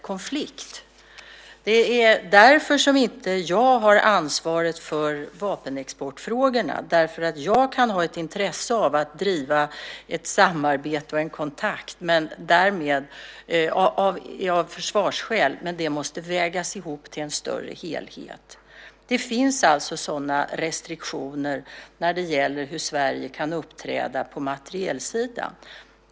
Anledningen till att jag inte har ansvaret för vapenexportfrågorna är just att jag av försvarsskäl kan ha ett intresse av att driva ett samarbete och en kontakt. Det måste då vägas ihop till en större helhet. Det finns alltså restriktioner när det gäller hur Sverige kan uppträda på materielsidan.